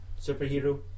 superhero